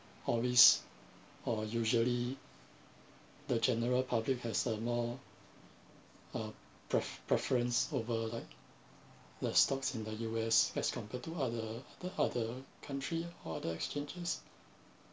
always or usually the general public customer uh pref~ preference over like the stocks in the U_S as compared to other other country ah or other exchanges